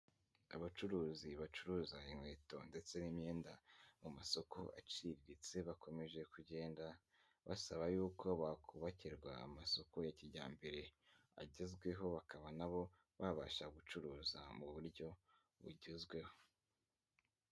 Abacuruzi bacuruza inkweto ndetse n'imyenda mu masoko aciriritse bakomeje kugenda basaba yuko bakubakirwa amasoko ya kijyambere agezweho bakaba nabo babasha gucuruza mu buryo bugezweho.